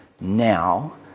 Now